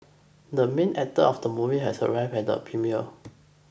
the main actor of the movie has arrived at the premiere